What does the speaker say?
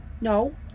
No